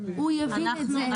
הוא יבין את זה.